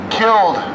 killed